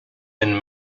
and